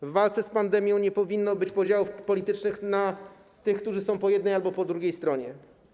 W walce z pandemią nie powinno być podziałów politycznych na tych, którzy są po jednej albo po drugiej stronie.